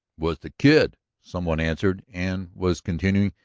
was the kid, some one answered, and was continuing,